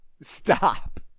stop